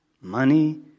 money